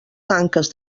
tanques